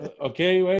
Okay